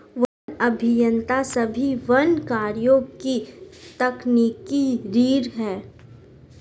one अभियंता सभी वन कार्यों की तकनीकी रीढ़ हैं